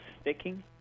sticking